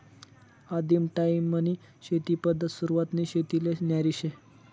आदिम टायीमनी शेती पद्धत सुरवातनी शेतीले न्यारी शे